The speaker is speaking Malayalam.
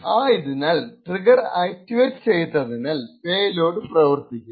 ആയതിനാൽ ട്രിഗർ ആക്ടിവേറ്റ് ചെയ്യത്തനിനാൽ പേലോഡ് പ്രവർത്തിക്കില്ല